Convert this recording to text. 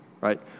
right